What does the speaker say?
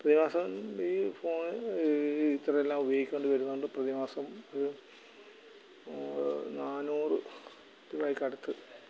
പ്രയാസ രീതിയിൽ ഫോൺ ഇത്ര എല്ലാം ഉപയോഗിക്കേണ്ടി വരുന്നവൻ്റെ പ്രതിമാസം ഒരു നാനൂറ് രൂപയ്ക്കടുത്ത്